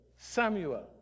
Samuel